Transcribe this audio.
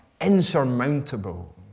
insurmountable